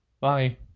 Bye